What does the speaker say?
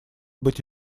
быть